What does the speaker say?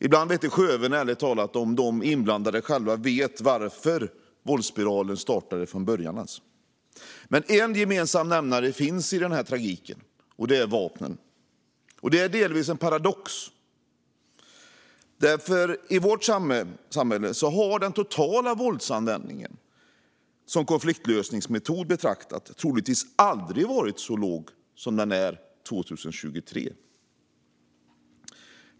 Ibland vete sjöven, ärligt talat, om de inblandade själva vet varför våldsspiralen startade från början. En gemensam nämnare finns i tragiken, och det är vapnen. Det är delvis en paradox. I vårt samhälle har den totala våldsanvändningen som konfliktlösningsmetod betraktad troligtvis aldrig varit så låg som den är 2023.